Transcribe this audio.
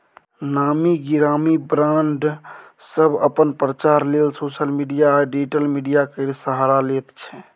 नामी गिरामी ब्राँड सब अपन प्रचार लेल सोशल आ डिजिटल मीडिया केर सहारा लैत छै